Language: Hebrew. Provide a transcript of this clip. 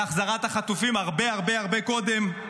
להחזרת החטופים, הרבה הרבה הרבה קודם,